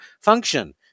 function